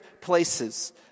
places